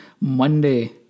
Monday